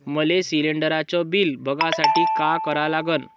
मले शिलिंडरचं बिल बघसाठी का करा लागन?